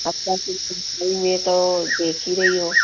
अच्छा ठीक है ये तो देख ही रही हो